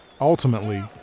Ultimately